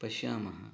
पश्यामः